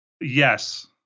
Yes